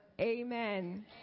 Amen